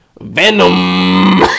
Venom